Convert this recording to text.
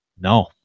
no